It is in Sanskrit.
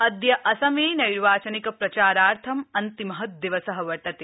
अद्य असमे नैर्वाचनिक प्रचारार्थं अन्तिम दिवस वर्तते